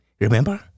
Remember